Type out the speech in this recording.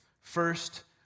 First